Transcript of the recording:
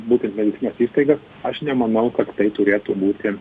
būtent medicinos įstaigas aš nemanau kad tai turėtų būti